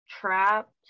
trapped